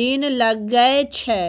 दिन लगै छै